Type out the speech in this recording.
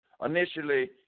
initially